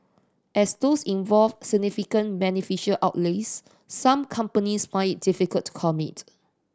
as these involve significant beneficial outlays some companies find it difficult to commit